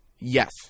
Yes